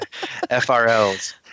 FRLs